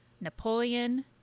Napoleon